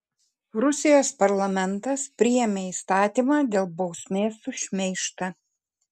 rusijos parlamentas priėmė įstatymą dėl bausmės už šmeižtą